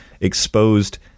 exposed